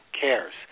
cares